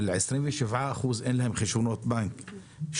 על 27% שאין להם חשבונות בנק,